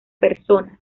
personas